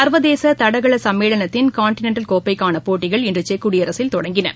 சா்வதேச தடகள சம்மேளனத்தின் காண்டினென்டல் கோப்பைக்கான போட்டிகள் இன்று செக் குடியரசில் தொடங்கியது